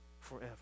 forever